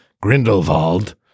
Grindelwald